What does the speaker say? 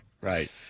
Right